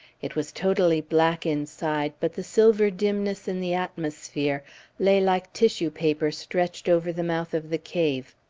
it was totally black inside, but the silver dimness in the atmosphere lay like tissue-paper stretched over the mouth of the cave.